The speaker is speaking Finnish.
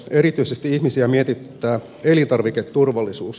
erityisesti ihmisiä mietityttää elintarviketurvallisuus